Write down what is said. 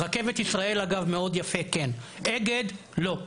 רכבת ישראל, אגב, מאוד יפה, כן, אגד, לא,